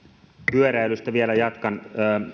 pyöräilystä vielä jatkan